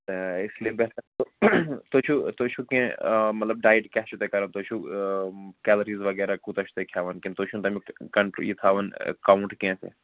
تہٕ اس لیے بہتر گوٚو تُہۍ چھُو تُہۍ چھُو کیٚنٛہہ آ مطلب ڈایِٹ کیٛاہ چھُو تۄہہِ کران تُہۍ چھُو کیلریٖز وغیرہ کوٗتاہ چھُو تۄہہِ کھٮ۪وان کِنہٕ تُہۍ چھُو تَمیُک کَنٹرٛو یہِ تھاوان کاونٚٹ کیٚنٛہہ تہِ